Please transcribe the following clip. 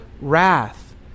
wrath